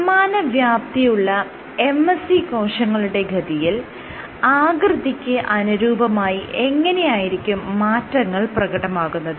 സമാനവ്യാപ്തിയുള്ള MSC കോശങ്ങളുടെ ഗതിയിൽ ആകൃതിയ്ക്ക് അനുരൂപമായി എങ്ങനെയായിരിക്കും മാറ്റങ്ങൾ പ്രകടമാകുന്നത്